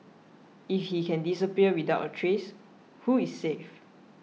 if he can disappear without a trace who is safe